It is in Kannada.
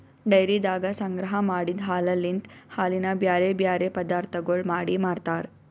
ಡೈರಿದಾಗ ಸಂಗ್ರಹ ಮಾಡಿದ್ ಹಾಲಲಿಂತ್ ಹಾಲಿನ ಬ್ಯಾರೆ ಬ್ಯಾರೆ ಪದಾರ್ಥಗೊಳ್ ಮಾಡಿ ಮಾರ್ತಾರ್